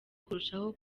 kurushaho